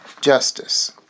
justice